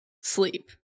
sleep